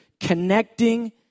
connecting